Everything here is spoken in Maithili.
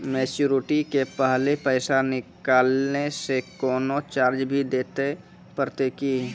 मैच्योरिटी के पहले पैसा निकालै से कोनो चार्ज भी देत परतै की?